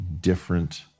different